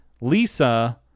lisa